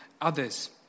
others